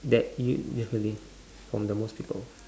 that you differently from the most people